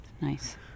nice